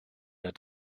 der